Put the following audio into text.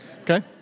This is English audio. Okay